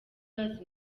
bazi